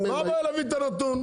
מה הבעיה להביא את הנתון?